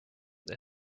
that